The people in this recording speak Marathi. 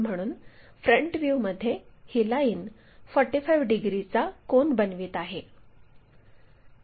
म्हणून फ्रंट व्ह्यूमध्ये ही लाईन 45 डिग्रीचा कोन बनवित आहे